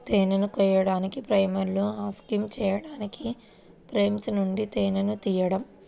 తేనెను కోయడానికి, ఫ్రేమ్లను అన్క్యాప్ చేయడానికి ఫ్రేమ్ల నుండి తేనెను తీయడం